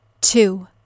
two